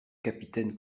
capitaine